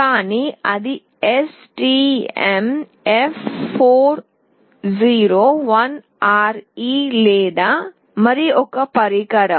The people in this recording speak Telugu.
గాని అది STMF401RE లేదా మరొక పరికరం